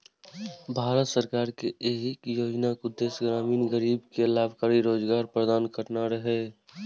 भारत सरकार के एहि योजनाक उद्देश्य ग्रामीण गरीब कें लाभकारी रोजगार प्रदान करना रहै